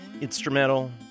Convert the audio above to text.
Instrumental